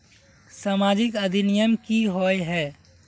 सामाजिक अधिनियम की होय है?